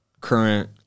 current